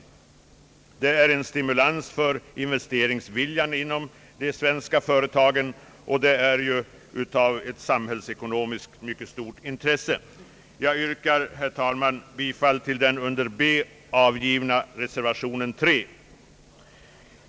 Detta skulle innebära en stimulans för investeringsviljan inom de svenska företagen, vilket ju samhällsekonomiskt är av stor betydelse. Herr talman! Jag yrkar bifall till den vid punkten B fogade reservationen nr 3.